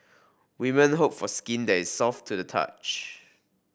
women hope for skin that soft to the touch